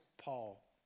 Paul